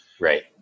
Right